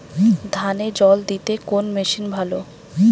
ধানে জল দিতে কোন মেশিন ভালো?